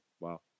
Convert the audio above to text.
Wow